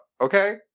okay